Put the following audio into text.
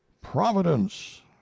Providence